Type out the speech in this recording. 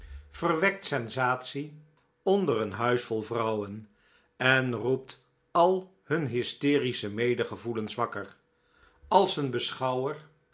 verwekt sensatie onder een huis vol vrouwen en roept al hun hysterische medegevoelens wakker als een beschouwer